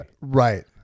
Right